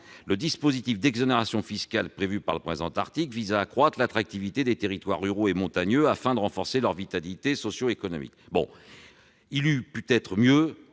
le dispositif d'exonération fiscale prévu par le présent article vise à accroître " l'attractivité des territoires ruraux et montagneux afin de renforcer leur vitalité socioéconomique ".» Il eût peut-être mieux